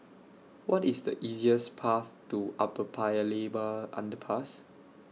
What IS The easiest Path to Upper Paya Lebar Underpass